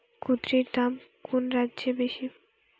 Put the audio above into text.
কুঁদরীর দাম কোন রাজ্যে বেশি?